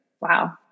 wow